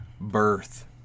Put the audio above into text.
Birth